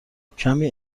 کمی